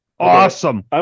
Awesome